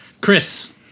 Chris